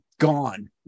gone